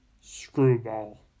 Screwball